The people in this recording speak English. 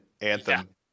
anthem